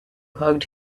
hugged